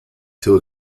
too